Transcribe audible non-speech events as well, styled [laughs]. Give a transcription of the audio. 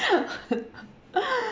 [laughs]